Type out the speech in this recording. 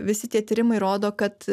visi tie tyrimai rodo kad